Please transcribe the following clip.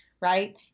right